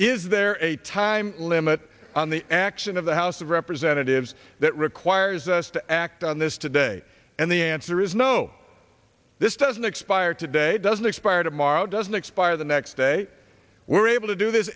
is there a time limit on the action of the house of representatives that requires us to act on this today and the answer is no this doesn't expire today doesn't expire tomorrow doesn't expire the next day we're able to do this